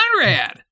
Conrad